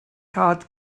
card